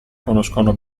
conoscono